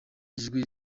ijwi